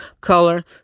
color